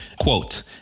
quote